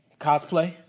Cosplay